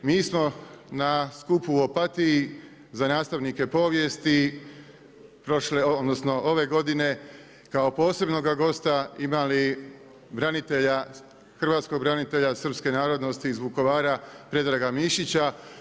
Mi smo na skupu u Opatiji za nastavnike povijesti, odnosno ove godine kao posebnoga gosta imali branitelja, hrvatskog branitelja srpske narodnosti iz Vukovara predraga Mišića.